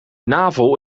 navel